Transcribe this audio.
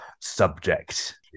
subject